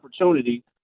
opportunity